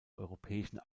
europäischen